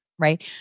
Right